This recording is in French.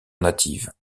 native